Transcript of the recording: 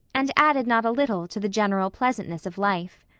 and added not a little to the general pleasantness of life.